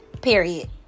Period